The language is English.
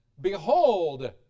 Behold